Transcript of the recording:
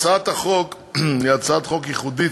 טוב, רבותי, הצעת החוק היא הצעת חוק ייחודית,